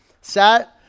set